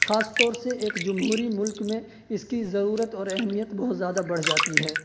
خاص طور سے ایک جمہوری ملک میں اس کی ضرورت اور اہمیت بہت زیادہ بڑھ جاتی ہے